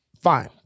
Fine